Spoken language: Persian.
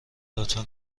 لطفا